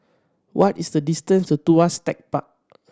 what is the distance to Tuas Tech Park